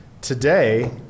today